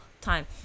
time